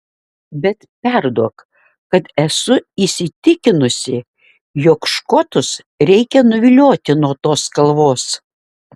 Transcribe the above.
bet perduok kad esu įsitikinusi jog škotus reikia nuvilioti nuo tos kalvos